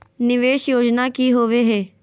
निवेस योजना की होवे है?